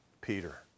Peter